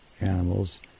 animals